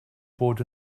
bod